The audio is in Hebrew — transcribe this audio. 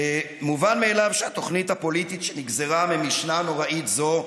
מובן מאליו שהתוכנית הפוליטית שנגזרה ממשנה נוראית זו,